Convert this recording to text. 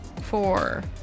Four